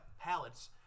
pallets